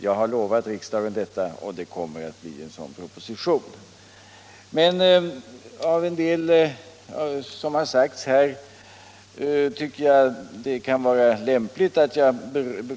Jag lovat riksdagen detta, och en sådan proposition kommer alltså.